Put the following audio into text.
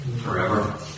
forever